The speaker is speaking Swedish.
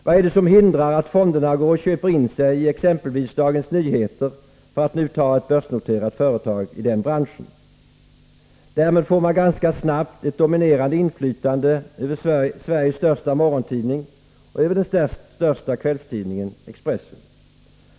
Vad är det som hindrar att fonderna går och köper in sig i exempelvis Dagens Nyheter, för att nu ta ett börsnoterat företag i den branschen. Därmed får man ganska snart ett dominerande inflytande över Sveriges största morgontidning och över den största kvällstidningen, Expressen.